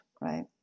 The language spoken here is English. right